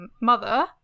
mother